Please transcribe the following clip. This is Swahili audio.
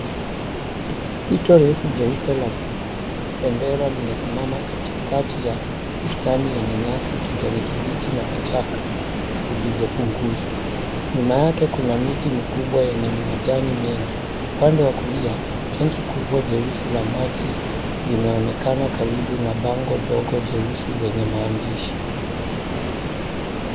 Fito refu jeupe la bendera limesimama katikati ya bustani yenye nyasi kijani kibichi na vichaka vilivyo punguzwa. Nyuma yake 𝑘una miti mikubwa yenye majani mengi. 𝑈pande wa 𝑘𝑢𝑙𝑖𝑎, tenki 𝑘ubwa jeusi 𝑙a maji limeonekana karibu na bango ndogo jeusi lenye maandishi.